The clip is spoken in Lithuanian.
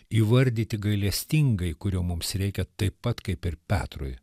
įvardyti gailestingai kurio mums reikia taip pat kaip ir petrui